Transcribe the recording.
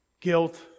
Guilt